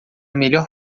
melhor